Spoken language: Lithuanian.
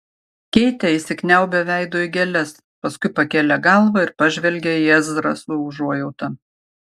keitė įsikniaubė veidu į gėles paskui pakėlė galvą ir pažvelgė į ezrą su užuojauta